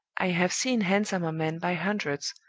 i have seen handsomer men by hundreds,